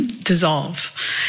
dissolve